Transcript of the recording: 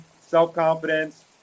self-confidence